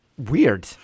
weird